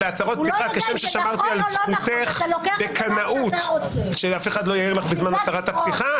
וכשם ששמרתי על זכותך בקנאות שאף אחד לא יעיר לך בזמן הצהרת הפתיחה,